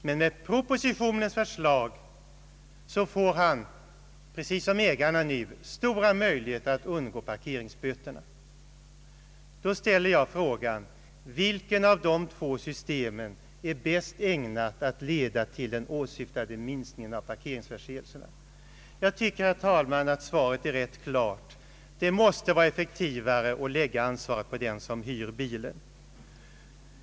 Men enligt propositionens förslag får han precis som ägarna nu stora möjligheter att undgå parkeringsböterna. Då ställer jag frågan: Vilket av dessa två system är bäst ägnat att leda till den åsyftade minskningen av parkeringsförseelserna? Jag tycker, herr talman, att svaret är rätt klart. Det måste vara effektivare att lägga ansvaret på den som hyr bilen.